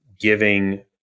giving